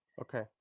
okay